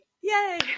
Yay